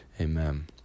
Amen